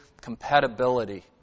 compatibility